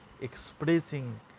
expressing